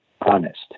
honest